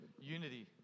Unity